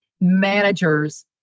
managers